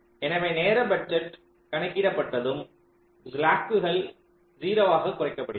எனவே நேர பட்ஜெட் கணக்கிடப்பட்டதும் ஸ்லாக்குகள் 0 ஆகக் குறைக்கப்படுகிறது